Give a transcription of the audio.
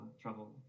travel